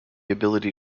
ability